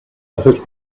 had